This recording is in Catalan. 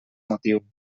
motiu